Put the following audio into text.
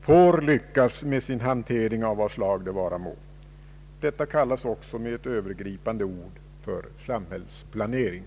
får — lyckas med sin hantering, av vad slag det vara må. Detta kallas också med ett övergripande ord för samhällsplanering.